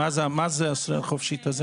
מה זה ישראל חופשית?